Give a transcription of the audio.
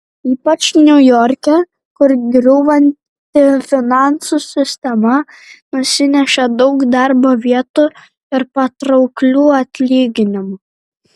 ypač niujorke kur griūvanti finansų sistema nusinešė daug darbo vietų ir patrauklių atlyginimų